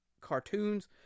cartoons